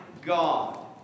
God